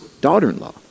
daughter-in-law